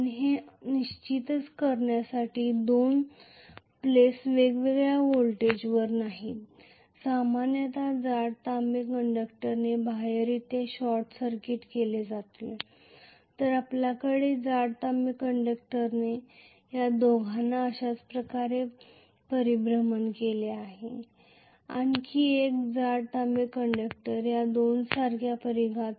आणि हे निश्चित करण्यासाठी की दोन प्लेस वेगवेगळ्या व्होल्टेजवर नाहीत सामान्यतः जाड तांबे कंडक्टरने बाह्यरित्या शॉर्ट सर्किट केले जातील तर आपल्याकडे जाड तांबे कंडक्टरने या दोघांना अशाच प्रकारे परिभ्रमण केले आहे आणखी एक जाड तांबे कंडक्टर या दोन सारख्या परिघात